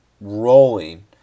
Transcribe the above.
rolling